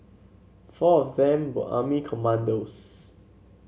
four of them were army commandos